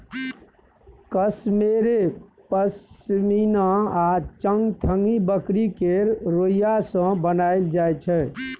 कश्मेरे पश्मिना आ चंगथंगी बकरी केर रोइयाँ सँ बनाएल जाइ छै